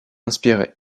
inspiré